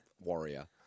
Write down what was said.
warrior